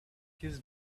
his